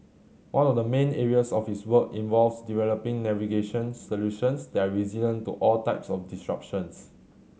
one of the main areas of his work involves developing navigation solutions that are resilient to all types of disruptions